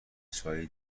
چایی